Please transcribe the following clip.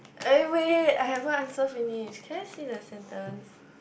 eh wait I haven't answer finish can I see the sentence